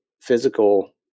physical